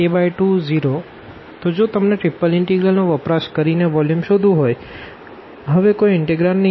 તો જો તમને ત્રિપલ ઈન્ટીગ્રલનો વપરાશ કરી ને વોલ્યુમ શોધવું હોઈ હવે કોઈ ઇનટેગ્રાંડ નહિ હોઈ